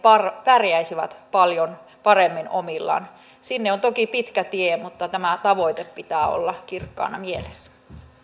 pärjäisivät paljon paremmin omillaan sinne on toki pitkä tie mutta tämän tavoitteen pitää olla kirkkaana mielessä